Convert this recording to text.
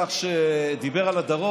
לא מזמן חבר הכנסת פורר דיבר על הדרום,